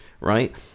right